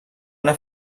una